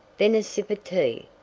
then a sip of tea.